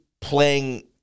playing